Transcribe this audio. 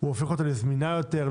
הופך אותה לזמינה יותר,